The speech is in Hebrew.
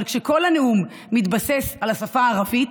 אבל כשכל הנאום מתבסס על השפה הערבית,